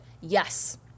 yes